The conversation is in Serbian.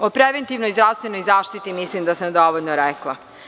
O preventivnoj zdravstvenoj zaštiti mislim da sam dovoljno rekla.